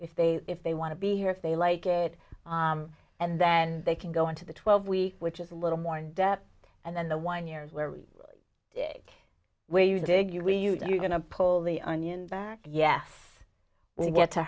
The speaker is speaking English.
if they if they want to be here if they like it and then they can go into the twelve week which is a little more in depth and then the one years where where you dig you you going to pull the onion back yes we get to